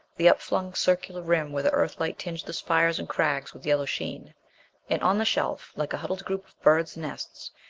the upflung circular rim where the earthlight tinged the spires and crags with yellow sheen and on the shelf, like a huddled group of birds' nests,